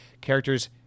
characters